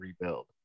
rebuild